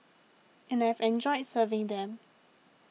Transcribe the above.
and I've enjoyed serving them